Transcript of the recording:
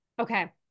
Okay